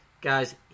Guys